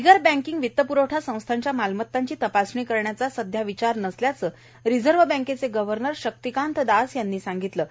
vigour banking वित्तपुरवठा संस्थांच्या मालमत्तांची तपासणी करण्याचा सध्या विचार नसल्याचं रिझर्व बँकेचे गव्हर्नर शक्तिकांत दास यांनी सांगितलं आहे